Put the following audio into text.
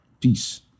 peace